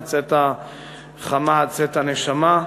מצאת החמה עד צאת הנשמה.